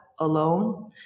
alone